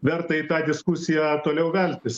verta į tą diskusiją toliau veltis